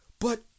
But